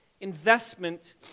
investment